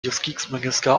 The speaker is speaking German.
justizminister